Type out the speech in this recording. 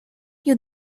you